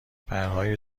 پرهای